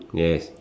yes